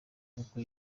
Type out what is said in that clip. n’uko